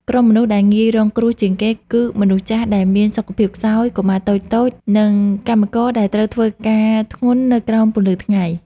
ក្រុមមនុស្សដែលងាយរងគ្រោះជាងគេ គឺមនុស្សចាស់ដែលមានសុខភាពខ្សោយ កុមារតូចៗ និងកម្មករដែលត្រូវធ្វើការងារធ្ងន់នៅក្រោមពន្លឺថ្ងៃ។